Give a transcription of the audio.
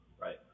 Right